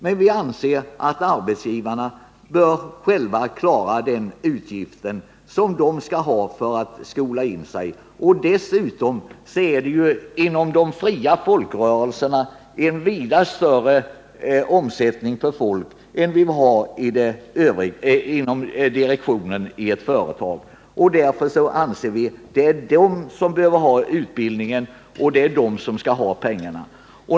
Men vi anser att arbetsgivarna själva bör klara sina utgifter för inskolning av arbetsgivarsidans företrädare. Dessutom är det ju inom de fria folkrörelserna en vida större omsättning på folk än inom direktionen i ett företag. Därför anser vi att det är de som behöver utbildningen och de som skall ha pengarna.